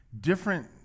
different